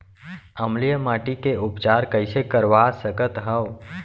अम्लीय माटी के उपचार कइसे करवा सकत हव?